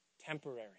temporary